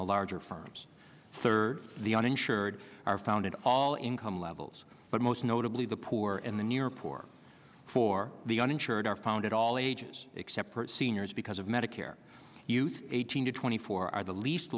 the larger firms third the uninsured are found at all income levels but most notably the poor and the near poor for the uninsured are found at all ages except for seniors because of medicare youth eighteen to twenty four are the least